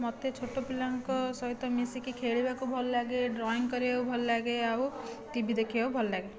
ମୋତେ ଛୋଟ ପିଲାଙ୍କ ସହିତ ମିଶିକି ଖେଳିବାକୁ ଭଲଲାଗେ ଡ୍ରଇଂ କରିବାକୁ ଭଲଲାଗେ ଆଉ ଟିଭି ଦେଖିବାକୁ ଭଲଲାଗେ